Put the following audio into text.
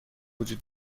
وجود